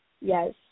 Yes